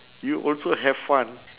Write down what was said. you also have fun